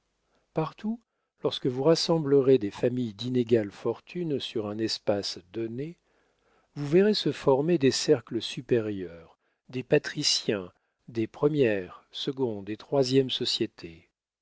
partout lorsque vous rassemblerez des familles d'inégale fortune sur un espace donné vous verrez se former des cercles supérieurs des patriciens des première seconde et troisième sociétés